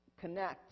connect